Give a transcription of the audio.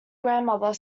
grandmother